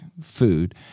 food